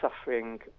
suffering